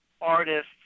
artists